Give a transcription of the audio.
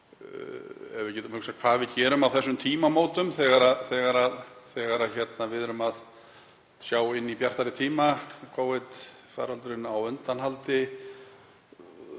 að við getum hugsað hvað við gerum á þessum tímamótum þegar við erum að sjá fram á bjartari tíma. Covid-faraldurinn er á undanhaldi.